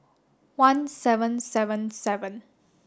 one seven seven seven